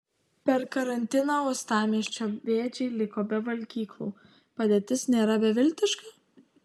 per karantiną uostamiesčio bėdžiai liko be valgyklų padėtis nėra beviltiška